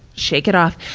shake it off.